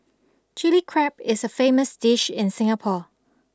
chilli crab is a famous dish in Singapore